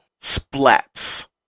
splats